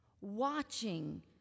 watching